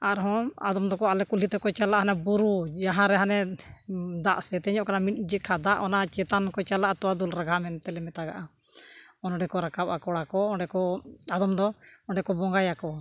ᱟᱨᱦᱚᱸ ᱟᱫᱚᱢ ᱫᱚᱠᱚ ᱟᱞᱮ ᱠᱩᱞᱦᱤ ᱛᱮᱠᱚ ᱪᱟᱞᱟᱜ ᱦᱟᱱᱮ ᱵᱩᱨᱩ ᱡᱟᱦᱟᱸ ᱨᱮ ᱦᱟᱱᱮ ᱫᱟᱜ ᱥᱮᱛᱮᱧᱚᱜ ᱠᱟᱱᱟ ᱢᱤᱫ ᱡᱚᱠᱷᱚᱱ ᱫᱟᱜ ᱚᱱᱟ ᱪᱮᱛᱟᱱ ᱠᱚ ᱪᱟᱞᱟᱜᱼᱟ ᱛᱚᱣᱟ ᱫᱩᱞ ᱢᱮᱱᱛᱮ ᱞᱮ ᱢᱮᱛᱟᱜᱼᱟ ᱱᱚᱸᱰᱮ ᱠᱚ ᱨᱟᱠᱟᱵᱼᱟ ᱠᱚᱲᱟ ᱠᱚ ᱚᱸᱰᱮ ᱠᱚ ᱟᱫᱚᱢ ᱫᱚ ᱚᱸᱰᱮ ᱠᱚ ᱵᱚᱸᱜᱟᱭᱟᱠᱚ